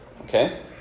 okay